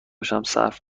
صرف